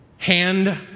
hand